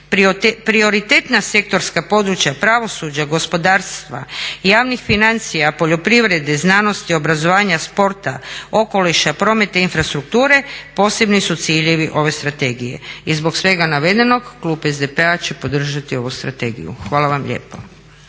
Prioritetna sektorska područja pravosuđa, gospodarstva, javnih financija, poljoprivrede, znanosti, obrazovanja, sporta, okoliša, prometa i infrastrukture, posebni su ciljevi ove strategije i zbog svega navedenog klub SDP-a će podržati ovu strategiju. Hvala vam lijepo.